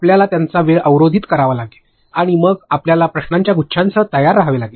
आपल्याला त्यांचा वेळ अवरोधित करावा लागेल आणि मग आपल्याला प्रश्नांच्या गुच्छासह तयार रहावे लागेल